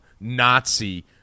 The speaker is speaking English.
Nazi